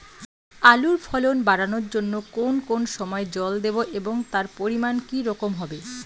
আলুর ফলন বাড়ানোর জন্য কোন কোন সময় জল দেব এবং তার পরিমান কি রকম হবে?